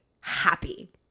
happy